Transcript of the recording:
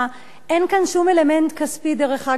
אין כאן שום אלמנט כספי, דרך אגב, אדוני.